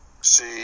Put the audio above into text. see